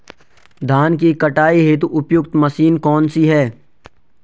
धान की कटाई हेतु उपयुक्त मशीन कौनसी है?